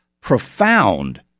profound